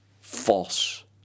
False